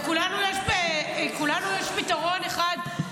לכולנו יש פתרון אחד,